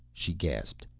she gasped.